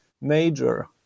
major